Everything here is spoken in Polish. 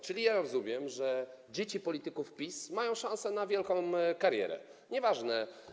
Czyli ja rozumiem, że dzieci polityków PiS mają szanse na wielką karierę, nieważne.